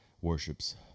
worships